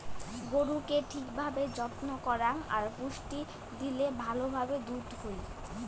গরুকে ঠিক ভাবে যত্ন করাং আর পুষ্টি দিলে ভালো ভাবে দুধ হই